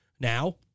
now